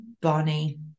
Bonnie